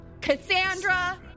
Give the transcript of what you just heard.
Cassandra